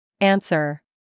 Answer